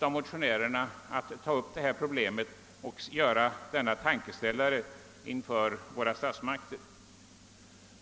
av motionärerna att ta upp detta problem och ge våra statsmakter denna tankeställare.